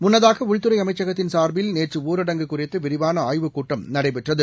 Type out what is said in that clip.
முன்னதாகஉள்துறைஅமைச்சகத்தின் சாா்பில் நேற்றுஊரடங்கு குறித்துவிரிவானஆய்வுக்கூட்டம் நடைபெற்றது